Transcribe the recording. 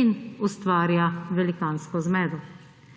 in ustvarja velikansko zmedo.